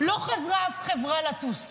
לא חזרה אף חברה לטוס כאן.